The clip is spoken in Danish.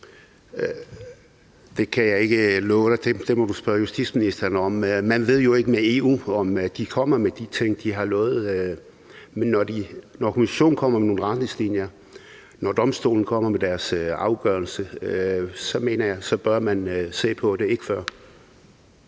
Det kan jeg ikke love dig. Det må du spørge justitsministeren om. Man ved jo ikke med EU, om de kommer med de ting, de har lovet. Men når Kommissionen kommer med nogle retningslinjer, når Domstolen kommer med sin afgørelse, så mener jeg, at man bør se på det – ikke før.